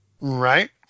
Right